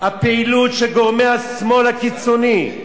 הפעילות של גורמי השמאל הקיצוני.